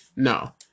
No